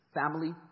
Family